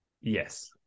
Yes